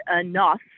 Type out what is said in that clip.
enough